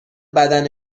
بدن